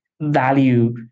value